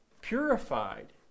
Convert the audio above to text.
purified